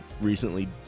recently